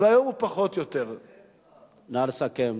והיום הוא פחות, נא לסכם.